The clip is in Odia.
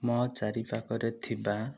ମୋ ଚାରି ପାଖରେ ଥିବା